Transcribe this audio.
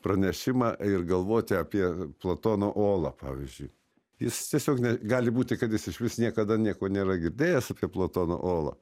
pranešimą ir galvoti apie platono olą pavyzdžiui jis tiesiog ne gali būti kad jis išvis niekada nieko nėra girdėjęs apie platono olą